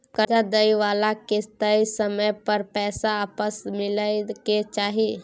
कर्जा दइ बला के तय समय पर पैसा आपस मिलइ के चाही